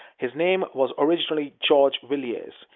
his name was originally george villiers.